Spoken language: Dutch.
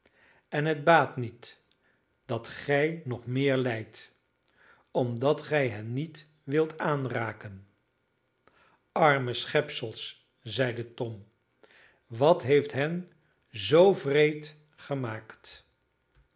en het baat niet dat gij nog meer lijdt omdat gij hen niet wilt aanraken arme schepsels zeide tom wat heeft hen zoo wreed gemaakt